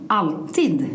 alltid